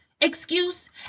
excuse